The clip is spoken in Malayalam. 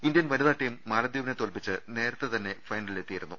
ഇന്ത്യൻ വനിതാ ടീം മാലദ്വീപിനെ തോൽപ്പിച്ച് നേര ത്തെതന്നെ ഫൈനലിൽ എത്തിയിരുന്നു